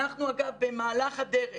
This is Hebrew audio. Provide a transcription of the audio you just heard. אנחנו במהלך הדרך